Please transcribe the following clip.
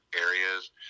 areas